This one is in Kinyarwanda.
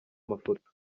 mafoto